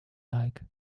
like